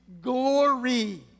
glory